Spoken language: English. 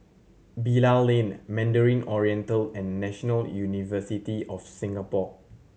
Bilal Lane Mandarin Oriental and National University of Singapore